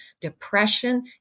depression